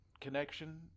connection